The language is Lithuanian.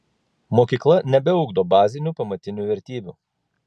mokykla nebeugdo bazinių pamatinių vertybių